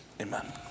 amen